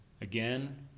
again